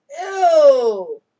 Ew